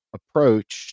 approach